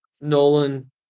Nolan